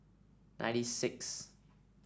ninety sixth